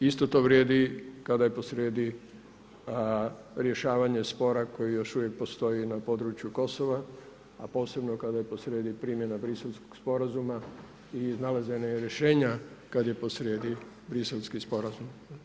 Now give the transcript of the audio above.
Isto to vrijedi kada je posrijedi rješavanje spora koji još uvijek postoji na području Kosova, a posebno kada je posrijedi primjena briselskog sporazuma i iznalaženje rješenja kada je posrijedi briselski sporazum.